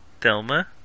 Delma